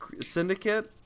Syndicate